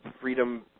freedom